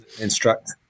Instruct